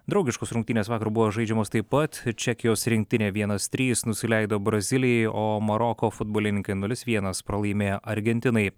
draugiškos rungtynės vakar buvo žaidžiamos taip pat čekijos rinktinė vienas trys nusileido brazilijai o maroko futbolininkai nulis vienas pralaimėjo argentinai